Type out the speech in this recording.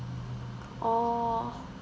oh